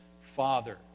Father